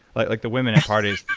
like like the women at parties,